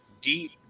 deep